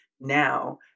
now